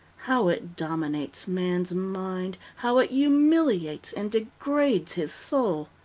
how it dominates man's mind, how it humiliates and degrades his soul.